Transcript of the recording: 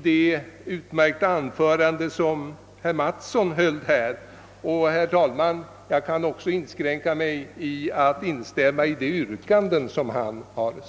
skall därför inskränka mig till att instämma i herr Mattssons utmärkta anförande, och jag instämmer också i hans yrkande.